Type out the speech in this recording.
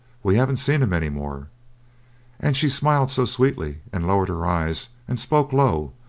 we haven't seen him any more and she smiled so sweetly, and lowered her eyes, and spoke low,